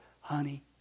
Honey